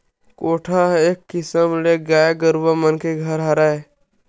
कोठा ह एक किसम ले गाय गरुवा मन के घर हरय